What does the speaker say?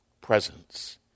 presence